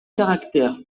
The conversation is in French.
caractère